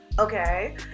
okay